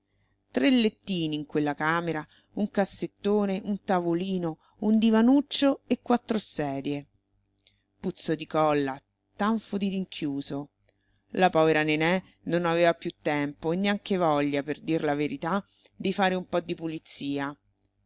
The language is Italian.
tre lettini in quella camera un cassettone un tavolino un divanuccio e quattro sedie puzzo di colla tanfo di rinchiuso la povera nené non aveva più tempo e neanche voglia per dir la verità di fare un po di pulizia